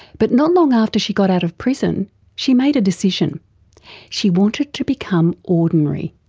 but not long after she got out of prison she made a decision she wanted to become ordinary.